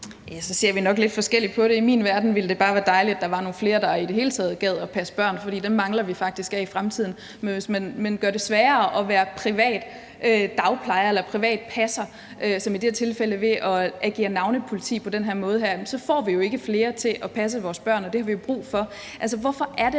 Så ser vi nok lidt forskelligt på det. I min verden ville det bare være dejligt, hvis der var nogle flere, der i det hele taget gad at passe børn, for dem mangler vi faktisk nogle af i fremtiden. Men hvis man gør det sværere at være privat dagplejer eller privat passer – som i det her tilfælde ved at agere navnepoliti på den her måde – så får vi jo ikke flere til at passe vores børn, og det har vi brug for. Altså, hvorfor er det,